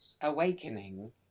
awakening